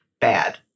bad